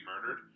murdered